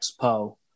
Expo